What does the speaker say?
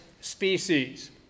species